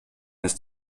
ist